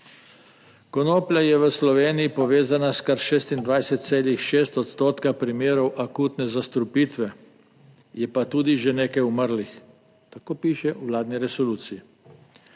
Konoplja je v Sloveniji povezana s kar 26,6 odstotka primerov akutne zastrupitve, je pa tudi že nekaj umrlih. Tako piše v vladni resoluciji.